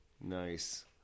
Nice